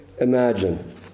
imagine